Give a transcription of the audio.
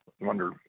wonder